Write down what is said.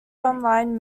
online